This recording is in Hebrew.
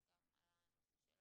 אבל גם על הנושא של